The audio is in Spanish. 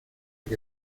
que